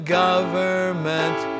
government